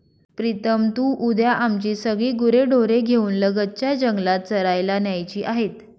प्रीतम तू उद्या आमची सगळी गुरेढोरे घेऊन लगतच्या जंगलात चरायला न्यायची आहेत